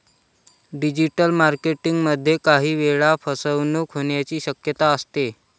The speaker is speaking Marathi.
डिजिटल मार्केटिंग मध्ये काही वेळा फसवणूक होण्याची शक्यता असते